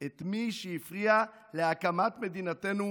את מי שהפריע להקמת מדינתנו,